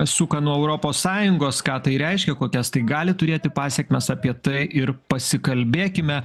suka nuo europos sąjungos ką tai reiškia kokias tai gali turėti pasekmes apie tai ir pasikalbėkime